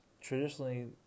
traditionally